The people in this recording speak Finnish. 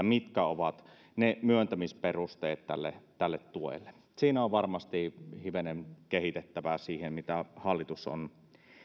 mitkä ovat ne myöntämisperusteet tälle tälle tuelle ravintola alalle siinä on varmasti hivenen kehitettävää siihen mitä hallitus on